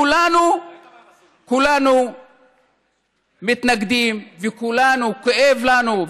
כולנו מתנגדים וכולנו כואב לנו,